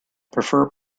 prefer